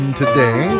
today